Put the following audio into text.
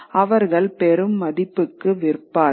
அவர்கள் பெரும் மதிப்புக்கு விற்பார்கள்